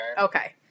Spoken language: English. Okay